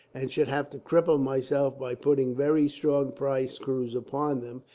and should have to cripple myself by putting very strong prize crews upon them,